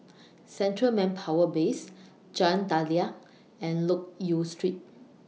Central Manpower Base Jalan Daliah and Loke Yew Street